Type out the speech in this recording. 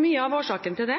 Mye av årsaken til det